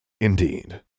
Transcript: Indeed